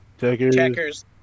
Checkers